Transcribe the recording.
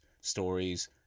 stories